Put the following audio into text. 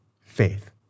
faith